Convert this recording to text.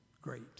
great